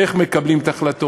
איך מקבלים את ההחלטות,